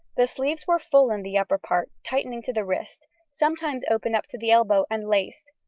the sleeves were full in the upper part, tightening to the wrist, sometimes open up to the elbow and laced,